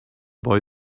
boy